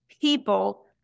people